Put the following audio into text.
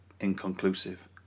inconclusive